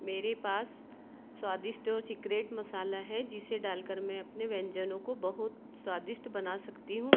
मेरे पास स्वादिष्ट और सीक्रेट मसाला है जिसे डालकर मैं अपने व्यंजनों को बहुत स्वादिष्ट बना सकती हूँ